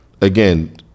again